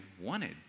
wanted